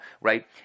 right